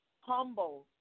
humble